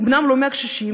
אומנם לא מהקשישים,